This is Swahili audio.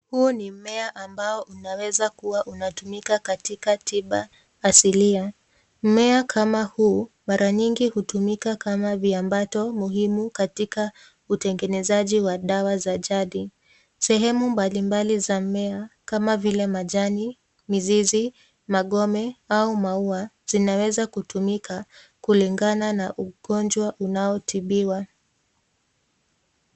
Huu ni mmea ambao unaweza kuwa unatumika katika tiba asilia. Mmea kama huu mara nyingi hutumika kama viambato muhimu katika utengenezaji wa dawa za jadi. Sehemu mbalimbali za mmea kama vile majani, mizizi, magome, au maua, zinaweza kutumika kulingana na ugonjwa unaotibiwa.